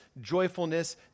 joyfulness